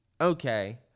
okay